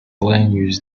language